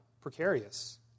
precarious